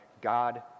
God